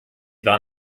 waren